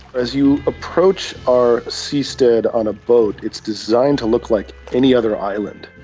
as you approach our seastead on a boat, it's designed to look like any other island.